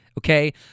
Okay